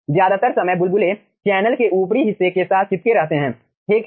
ज्यादातर समय बुलबुले चैनल के ऊपरी हिस्से के साथ चिपके रहते हैं ठीक है